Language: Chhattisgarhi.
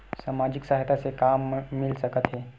सामाजिक सहायता से का मिल सकत हे?